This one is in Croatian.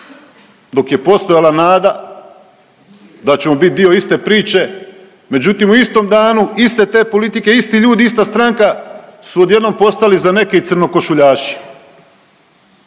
dok je postojala nada da ćemo bit dio iste priče međutim u istom danu, iste te politike, isti ljudi, ista stranka su odjednom postali za neke i crnokošuljaši.